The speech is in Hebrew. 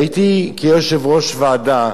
הייתי, כיושב-ראש ועדה,